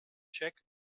xec